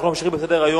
אנחנו ממשיכים בסדר-היום: